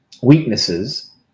weaknesses